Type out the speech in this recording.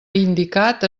indicat